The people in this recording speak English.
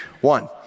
One